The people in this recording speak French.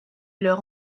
leurs